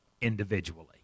individually